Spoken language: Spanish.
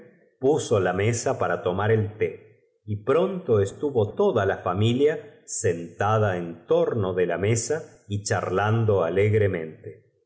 puso la mesa para tomar ra que antes el té y pronto estuvo toda la familia sen hija m fa tú no sabes á lo que te comtnda en torno de la mesa y charlando ale